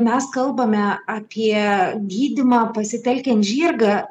mes kalbame apie gydymą pasitelkiant žirgą